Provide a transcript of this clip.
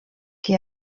que